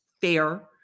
fair